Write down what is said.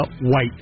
white